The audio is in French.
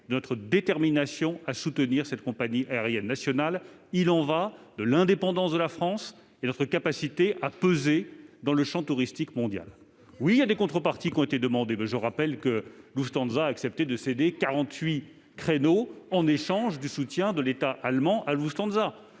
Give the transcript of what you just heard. de notre détermination à soutenir cette compagnie aérienne nationale. Il y va de l'indépendance de la France et de notre capacité à peser dans le tourisme mondial. Des contreparties ont certes été exigées, mais je rappelle tout de même que Lufthansa a accepté de céder 48 créneaux en échange du soutien de l'État allemand. Air France